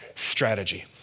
Strategy